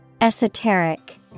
Esoteric